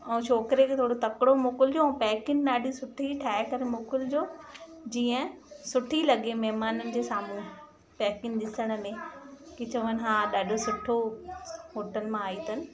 ऐं छोकिरे खे थोड़ी तकिडो मोकिलिजो ऐं पैकिंग ॾाढी सुठी ठाहे करे मोकिलिजो जीअं सुठी लॻे महिमाननि जे साम्हूं पैकिंग ॾिसण में कि चवनि हा ॾाढो सुठो होटल मां आई अथनि